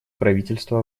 правительство